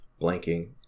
blanking